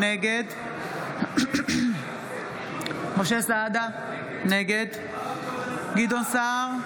נגד משה סעדה, נגד גדעון סער,